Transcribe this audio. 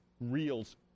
reels